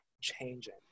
changing